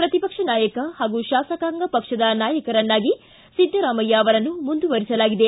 ಪ್ರತಿಪಕ್ಷ ನಾಯಕ ಹಾಗೂ ಶಾಸಕಾಂಗ ಪಕ್ಷದ ನಾಯಕರನ್ನಾಗಿ ಸಿದ್ದರಾಮಯ್ಯ ಅವರನ್ನು ಮುಂದುವರಿಸಲಾಗಿದೆ